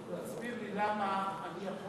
תסביר לי למה אני יכול